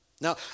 Now